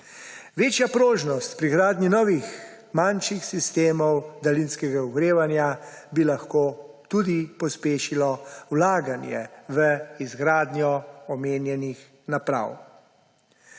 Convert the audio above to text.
Večja prožnost pri gradnji novih manjših sistemov daljinskega ogrevanja bi lahko tudi pospešila vlaganje v izgradnjo omenjenih naprav.